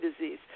disease